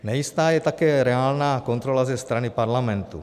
Nejistá je také reálná kontrola ze strany parlamentu.